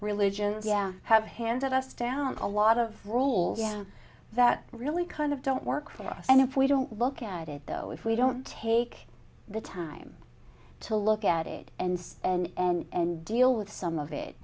religions yeah have handed us down a lot of rules that really kind of don't work for us and if we don't look at it though if we don't take the time to look at it and see and deal with some of